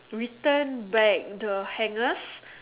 return back the hangers